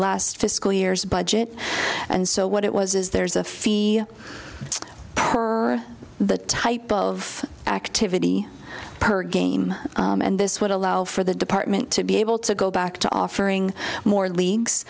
last fiscal years budget and so what it was is there's a fee for the type of activity per game and this would allow for the department to be able to go back to offering more leagues